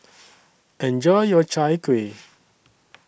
Enjoy your Chai Kueh